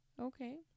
Okay